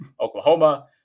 Oklahoma